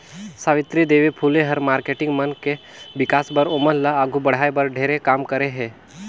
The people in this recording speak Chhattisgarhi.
सावित्री देवी फूले ह मारकेटिंग मन के विकास बर, ओमन ल आघू बढ़ाये बर ढेरे काम करे हे